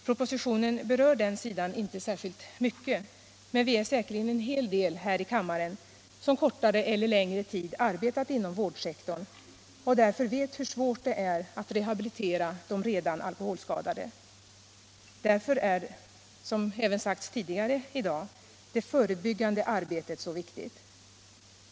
Propositionen berör den sidan inte särskilt mycket, men vi är säkerligen en hel del här i kammaren som kortare eller längre tid arbetat inom vårdsektorn och därför vet hur svårt det är att rehabilitera de redan alkoholskadade. Därför är, som även sagts tidigare i dag, det arbetet så viktigt!